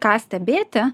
ką stebėti